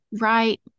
Right